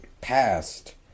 passed